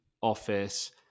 office